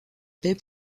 paix